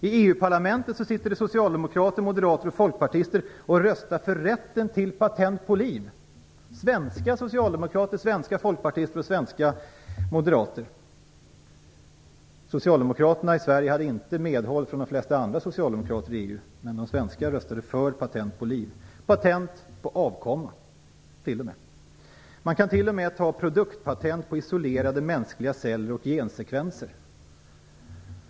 I EU-parlamentet sitter det socialdemokrater, moderater och folkpartister och röstar för rätten till patent på liv. Det är fråga om svenska socialdemorkater, svenska folkpartister och svenska moderater! Socialdemokraterna i Sverige hade inte medhåll från de flesta andra socialdemokrater i EU, men de svenska socialdemokraterna röstade för patent på liv, patent på avkomma. Man kan t.o.m. ta produktpatent på isolerade mänskliga celler och gensekvenser.